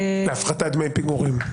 להפחתת דמי פיגורים.